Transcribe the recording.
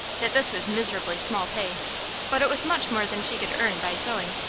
that this was miserably small pay but it was much more than she could earn by sewing.